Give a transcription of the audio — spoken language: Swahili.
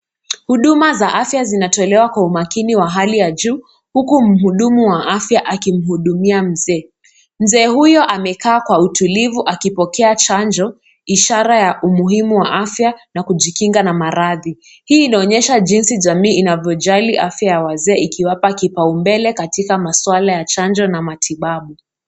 Huduma za afya zinatolewa kwa umakini wa hali ya juu huku mhudumu wa afya akimhudumia mzee. Mzee huyo amekaa kwa utulivu akipokea chanjo ishara ya umuhimu wa afya na kujikinga na maradhi. Hii inaonyesha jinsi jamii inavyojali afya ya wazee ikiwapa kipaumbele katika maswala ya chanjo na matibabu.